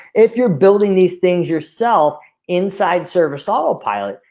if you're building these things yourself inside service autopilot,